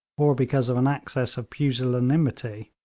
or because of an access of pusillanimity,